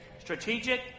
Strategic